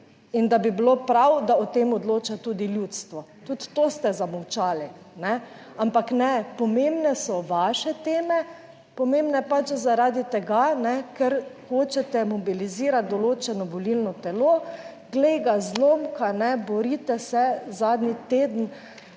in da bi bilo prav, da o tem odloča tudi ljudstvo. Tudi to ste zamolčali, kajne, ampak ne, pomembne so vaše teme, pomembne pač zaradi tega, ker hočete mobilizirati določeno volilno telo. Glej ga zlomka, kajne, borite se zadnji teden,